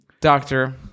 Doctor